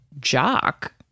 jock